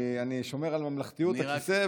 אני שומר על ממלכתיות הכיסא,